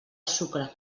sucre